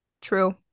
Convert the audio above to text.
True